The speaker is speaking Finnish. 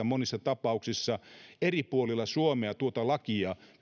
monissa tapauksissa eri puolilla suomea lakia